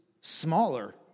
smaller